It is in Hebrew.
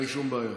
אין שום בעיה,